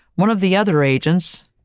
one of the other agents,